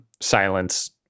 silence